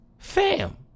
fam